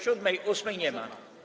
Siódmej, ósmej nie ma.